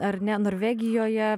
ar ne norvegijoje